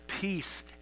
peace